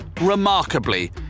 remarkably